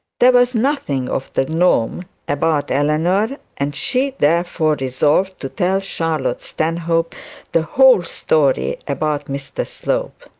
there was nothing of the gnome about eleanor and she therefore resolved to tell charlotte stanhope the whole story about mr slope.